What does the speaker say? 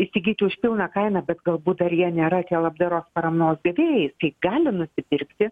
įsigyti už pilną kainą bet galbūt dar jie nėra tie labdaros paramos gavėjais tai gali nusipirkti